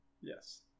yes